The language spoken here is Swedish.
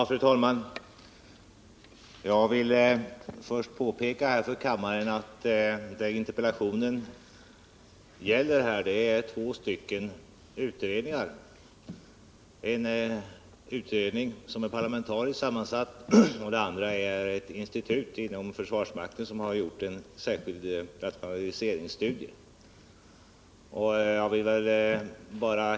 Fru talman! Först vill jag påpeka för kammarens ledamöter att den här interpellationen gäller två utredningar — en utredning som är parlamentariskt sammansatt och en särskild rationaliseringsstudie som gjorts av ett institut inom försvarsmakten.